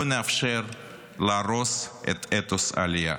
לא נאפשר להרוס את אתוס העלייה.